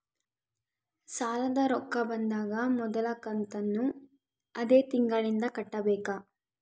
ಸಾಲದ ರೊಕ್ಕ ಬಂದಾಗ ಮೊದಲ ಕಂತನ್ನು ಅದೇ ತಿಂಗಳಿಂದ ಕಟ್ಟಬೇಕಾ?